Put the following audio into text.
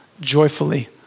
joyfully